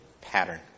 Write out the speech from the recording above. pattern